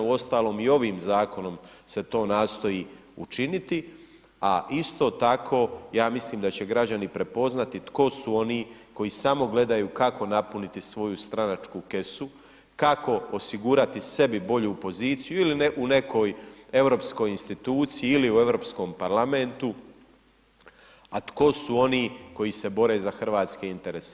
Uostalom i ovim zakonom se to nastoji učiniti, a isto tako, ja mislim da će građani prepoznati tko su oni koji samo gledaju kako napuniti svoju stranačku kesu, kako osigurati sebi bolju poziciju ili u nekoj europskoj instituciji ili u Europskom parlamentu, a tko su oni koji se bore za hrvatske interese.